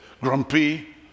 grumpy